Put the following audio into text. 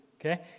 Okay